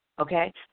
Okay